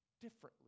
differently